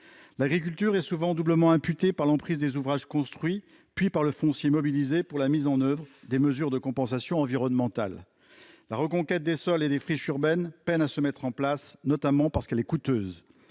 L'agriculture est souvent doublement touchée, par l'emprise des ouvrages construits puis par la mobilisation du foncier pour la mise en oeuvre des mesures de compensation environnementale. La reconquête des sols et des friches urbaines peine à se mettre en place, notamment parce qu'elle est coûteuse.